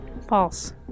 False